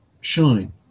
shine